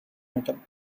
item